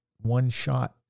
one-shot